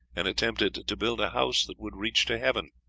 and attempted to build a house that would reach to heaven,